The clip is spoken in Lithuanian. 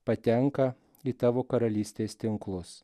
patenka į tavo karalystės tinklus